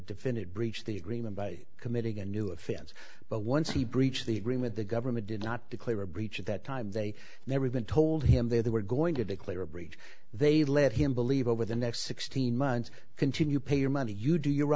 definit breached the agreement by committing a new offense but once he breached the agreement the government did not declare a breach at that time they never been told him they were going to declare a breach they let him believe over the next sixteen months continue pay your money you do your